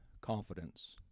confidence